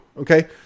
okay